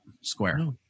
square